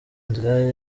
nzira